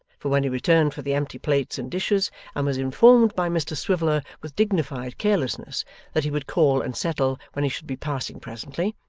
for when he returned for the empty plates and dishes and was informed by mr swiveller with dignified carelessness that he would call and settle when he should be passing presently,